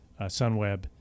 Sunweb